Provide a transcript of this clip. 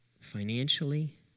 Financially